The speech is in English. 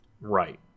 Right